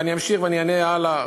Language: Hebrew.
ואני אמשיך, ואני אענה הלאה.